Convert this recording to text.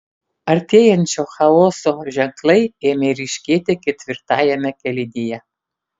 artėjančio chaoso ženklai ėmė ryškėti ketvirtajame kėlinyje